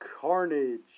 carnage